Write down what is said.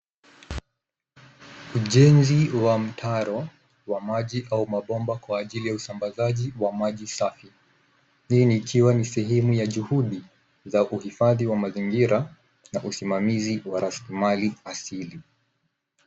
Ujenzi wa mtaro wa maji au mabomba kwa ajili ya usambazaji wa maji safi hii ikiwa ni sehemu ya juhudi za uhifadhi wa mazingira na usimamizi wa raslimali asili.